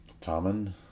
Tommen